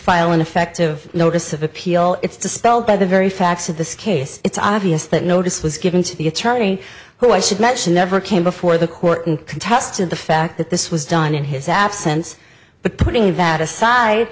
file an effective notice of appeal it's dispelled by the very facts of this case it's obvious that notice was given to the attorney who i should mention never came before the court and contested the fact that this was done in his absence but putting that aside